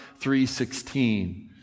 3.16